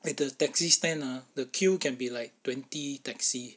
at the taxi stand uh the queue can be like twenty taxi